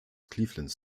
cleveland